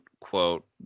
quote